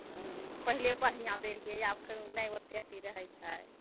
ओ पहिले बढ़िआँ दै हियै आब ख नहि ओतेक एथी रहै छै